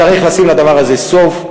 צריך לשים לדבר הזה סוף.